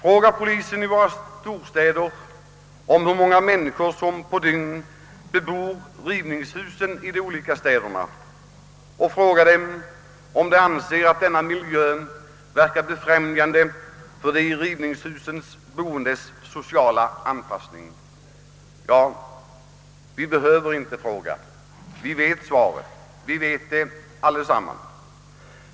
Fråga polisen i våra storstäder hur många människor som per dygn bebor rivningshusen i de olika städerna — fråga om man anser att denna miljö befrämjar den sociala anpassningen för dem som bor i rivningshusen! Ja, vi behöver för resten inte fråga. Vi vet allesammans svaret.